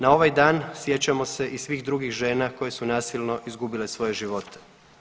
Na ovaj dan sjećamo se i svih drugih žena koje su nasilno izgubile svoje živote.